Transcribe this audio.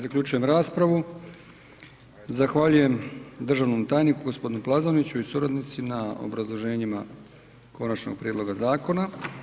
Zaključujem raspravu. zahvaljujem državnom tajniku g. Plazoniću i suradnici na obrazloženjima konačnog prijedloga zakona.